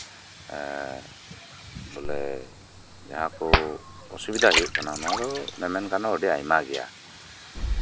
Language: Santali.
ᱮᱸᱜ ᱵᱚᱞᱮ ᱡᱟᱦᱟᱸ ᱠᱚ ᱚᱥᱩᱵᱤᱫᱟ ᱦᱩᱭᱩᱜ ᱠᱟᱱᱟ ᱱᱚᱣᱟ ᱫᱚ ᱢᱮᱢᱮᱱ ᱜᱟᱱᱚᱜᱼᱟ ᱟᱹᱰᱤ ᱟᱭᱢᱟ ᱜᱮᱭᱟ